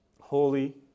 holy